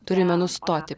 turime nustoti